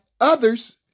others